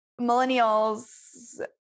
millennials